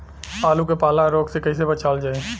आलू के पाला रोग से कईसे बचावल जाई?